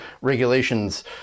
regulations